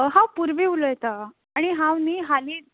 हांव पुर्वी उलयतां आनी हांव न्हय हालींच